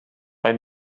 bei